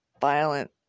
violent